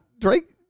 Drake